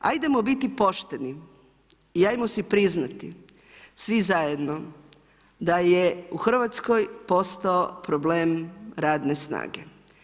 Ajdemo biti pošteni i ajmo si priznati svi zajedno da je u Hrvatskoj postao problem radne snage.